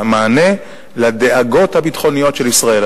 לדאגות הביטחוניות של ישראל.